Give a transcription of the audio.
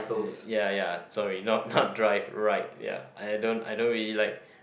ya ya sorry not not drive ride ya I don't I don't really like